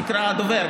נקרא "הדובר",